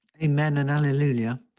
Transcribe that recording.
amen and hallelujah.